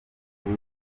kuri